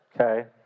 okay